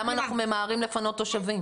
למה אנחנו ממהרים לפנות תושבים?